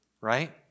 right